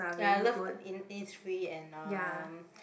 ya I love in~ Innisfree and um